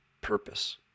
purpose